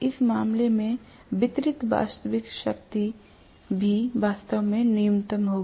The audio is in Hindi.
इस मामले में वितरित वास्तविक शक्ति भी वास्तव में न्यूनतम होगी